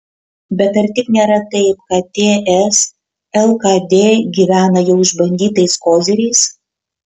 bet ar tik nėra taip kad ts lkd gyvena jau išbandytais koziriais